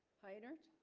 hi nert